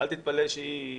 אל תתפלא שהיא